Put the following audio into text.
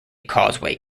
causeway